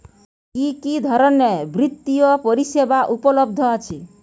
কি কি ধরনের বৃত্তিয় পরিসেবা উপলব্ধ আছে?